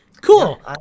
cool